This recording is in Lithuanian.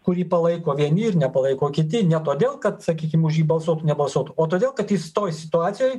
kurį palaiko vieni ir nepalaiko kiti ne todėl kad sakykim už jį balsuotų nebalsuotų o todėl kad jis toj situacijoj